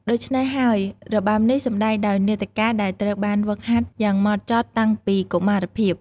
ដូច្នេះហើយ របាំនេះសម្ដែងដោយ នាដការ ដែលត្រូវបានហ្វឹកហាត់យ៉ាងហ្មត់ចត់តាំងពីកុមារភាព។